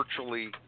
virtually